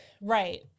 Right